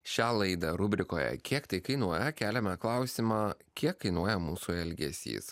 šią laidą rubrikoje kiek tai kainuoja keliame klausimą kiek kainuoja mūsų elgesys